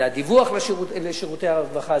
זה הדיווח לשירותי הרווחה,